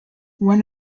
when